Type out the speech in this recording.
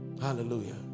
hallelujah